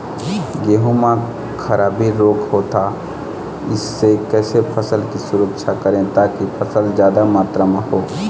गेहूं म खराबी रोग होता इससे कैसे फसल की सुरक्षा करें ताकि फसल जादा मात्रा म हो?